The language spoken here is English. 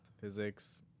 physics